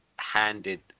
handed